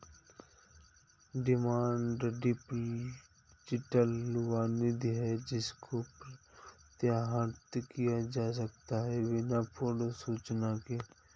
demand deposit वह निधि है जिसको प्रत्याहृत किया जा सकता है बिना पूर्व सूचना के